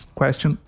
question